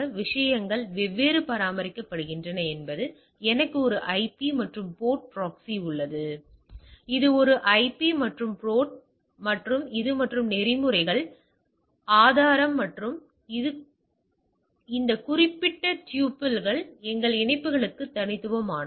விஷயங்கள் எவ்வாறு பராமரிக்கப்படுகின்றன என்பது எனக்கு ஒரு ஐபி மற்றும் போர்ட் ப்ராக்ஸி உள்ளது அது ஒரு ஐபி மற்றும் போர்ட் மற்றும் இது மற்றும் நெறிமுறை இந்த ஆதாரம் மற்றும் இந்த குறிப்பிட்ட டூப்பிள் எங்கள் இணைப்புகளுக்கு தனித்துவமானது